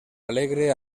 alegre